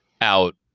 out